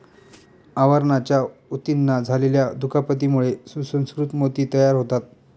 आवरणाच्या ऊतींना झालेल्या दुखापतीमुळे सुसंस्कृत मोती तयार होतात